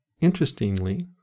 Interestingly